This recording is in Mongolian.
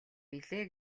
билээ